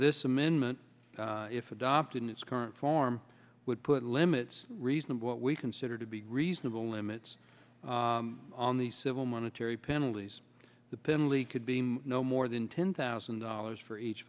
this amendment if adopted in its current form would put limits reasonable what we consider to be reasonable limits on the civil monetary penalties the penley could be no more than ten thousand dollars for each